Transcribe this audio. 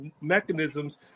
mechanisms